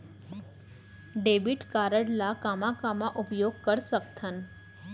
Debit card ला कामा कामा उपयोग कर सकथन?